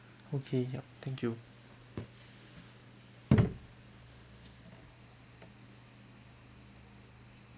okay yup thank you